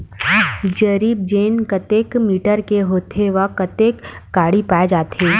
जरीब चेन कतेक मीटर के होथे व कतेक कडी पाए जाथे?